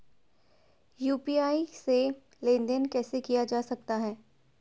UPI से लेनदेन कैसे किया जा सकता है?